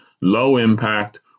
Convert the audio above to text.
low-impact